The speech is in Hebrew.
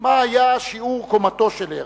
מה היה שיעור קומתו של הרצל,